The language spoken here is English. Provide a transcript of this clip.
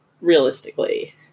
realistically